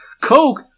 Coke